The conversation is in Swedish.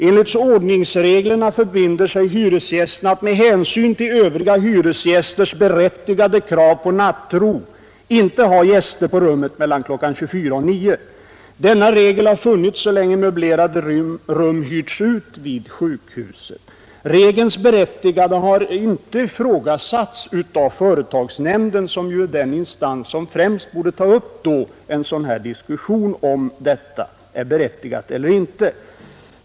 Enligt ordningsreglerna förbinder man sig att med hänsyn till övriga boendes berättigade krav på nattro inte ha några gäster på rummet mellan kl. 24.00 och kl. 9.00. Denna regel har funnits så länge möblerade rum hyrts ut vid sjukhuset. Regelns berättigande har inte ifrågasatts av företagsnämnden, som ju är den instans vilken närmast borde taga upp en diskussion om den saken.